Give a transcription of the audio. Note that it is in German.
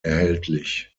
erhältlich